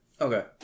Okay